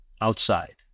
outside